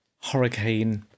Hurricane